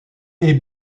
est